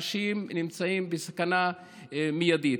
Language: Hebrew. האנשים נמצאים בסכנה מיידית.